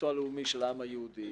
ביתו הלאומי של העם היהודי,